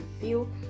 feel